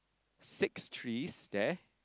six trees there